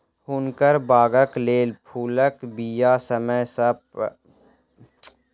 हुनकर बागक लेल फूलक बीया समय सॅ प्राप्त भ गेल